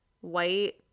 white